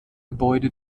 gebäude